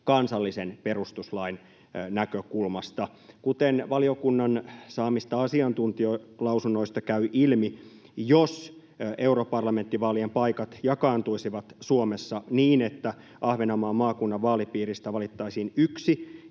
kansallisen perustuslain näkökulmasta. Kuten valiokunnan saamista asiantuntijalausunnoista käy ilmi, jos europarlamenttivaalien paikat jakaantuisivat Suomessa niin, että Ahvenanmaan maakunnan vaalipiiristä valittaisiin yksi